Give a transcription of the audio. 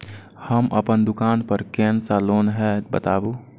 हम अपन दुकान पर कोन सा लोन हैं बताबू?